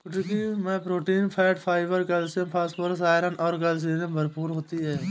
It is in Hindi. कुटकी मैं protein, fat, fibre, calcium, phosphorus, iron और कैलोरी भरपूर होती है